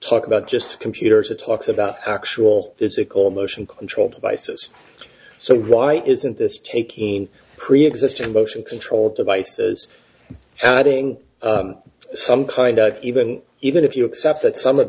talk about just computers it talks about actual physical motion control devices so why isn't this taking preexisting motion control devices and adding some kind of even even if you accept that some of